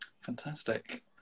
Fantastic